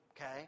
okay